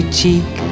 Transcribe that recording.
cheek